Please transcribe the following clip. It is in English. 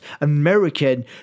American